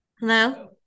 Hello